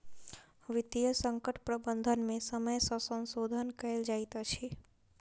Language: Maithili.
वित्तीय संकट प्रबंधन में समय सॅ संशोधन कयल जाइत अछि